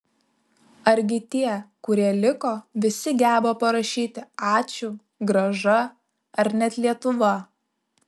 argi tie kurie liko visi geba parašyti ačiū grąža ar net lietuva